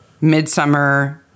midsummer